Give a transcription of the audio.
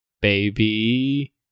Baby